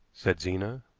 said zena.